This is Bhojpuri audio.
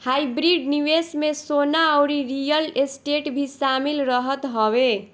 हाइब्रिड निवेश में सोना अउरी रियल स्टेट भी शामिल रहत हवे